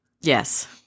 Yes